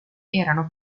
erano